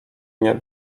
nie